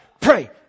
Pray